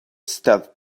stealth